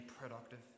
productive